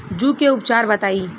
जूं के उपचार बताई?